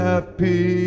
Happy